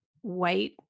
white